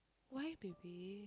why baby